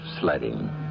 sledding